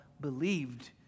believed